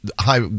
high